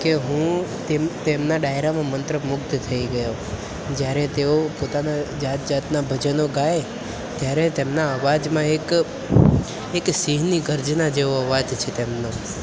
કે હું તેમ તેમના ડાયરામાં મંત્રમુગ્ધ થઈ ગયો જ્યારે તેઓ પોતાના જાતજાતના ભજનો ગાય ત્યારે તેમના અવાજમાં એક એક સિંહની ગર્જના જેવો અવાજ છે તેમનો